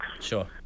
Sure